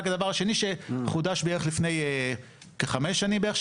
שחודש לפני כחמש שנים בערך,